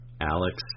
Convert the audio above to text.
Alex